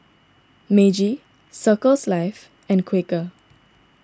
Meiji Circles Life and Quaker